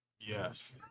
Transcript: yes